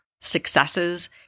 successes